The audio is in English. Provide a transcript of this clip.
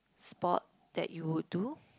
sport that you would do